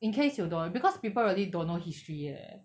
in case you don't because people really don't know history eh